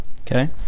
Okay